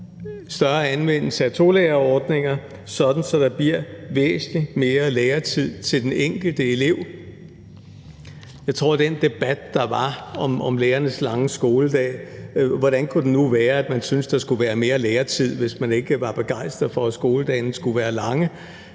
større anvendelse af tolærerordninger, sådan at der bliver væsentlig mere lærertid til den enkelte elev. Jeg tror, at der i den debat, der var om lærernes lange skoledage – i forhold til hvordan det nu kunne være, at man syntes, der skulle være mere lærertid, hvis man ikke var begejstret for, at skoledagene skulle være lange